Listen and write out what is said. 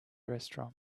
restaurant